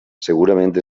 segurament